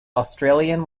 australian